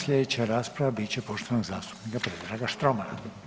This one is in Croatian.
Slijedeća rasprava bit će poštovanog zastupnika Predraga Štromara.